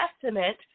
Testament